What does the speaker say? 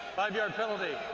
five yard penalty.